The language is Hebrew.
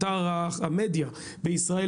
אתר המדיה בישראל,